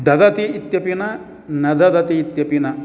ददति इत्यपि न न ददति इत्यपि न